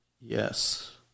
Yes